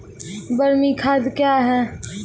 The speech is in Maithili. बरमी खाद कया हैं?